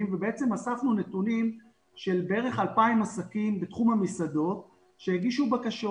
ואספנו נתונים של בערך 2,000 עסקים בתחום המסעדות שהגיעו בקשות.